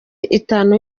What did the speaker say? itanu